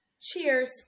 Cheers